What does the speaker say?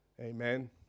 Amen